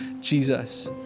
Jesus